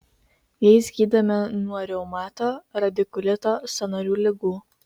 jais gydome nuo reumato radikulito sąnarių ligų